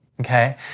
okay